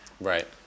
right